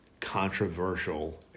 controversial